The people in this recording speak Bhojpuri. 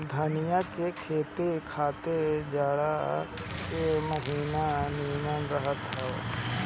धनिया के खेती खातिर जाड़ा के महिना निमन रहत हअ